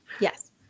Yes